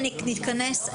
ננסה.